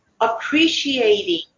appreciating